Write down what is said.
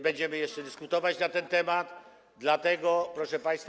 Będziemy jeszcze dyskutować na ten temat, dlatego, proszę państwa.